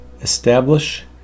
establish